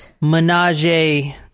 menage